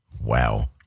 Wow